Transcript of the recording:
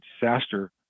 disaster